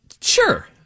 Sure